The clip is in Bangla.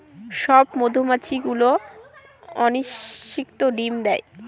সব মধুমাছি গুলো অনিষিক্ত ডিম দেয়